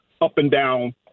up-and-down